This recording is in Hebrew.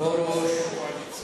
מכיוון שמדובר בהסכם